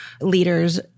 leaders